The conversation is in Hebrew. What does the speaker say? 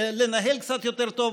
לנהל קצת יותר טוב.